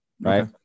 right